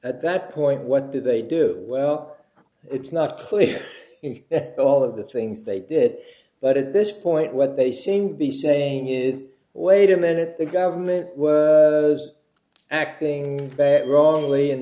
at that point what did they do well it's not clear in all of the things they did but at this point what they seem to be saying is wait a minute the government was acting bad wrongly